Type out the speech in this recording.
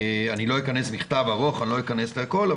זה מכתב ארוך, לא אכנס לכול.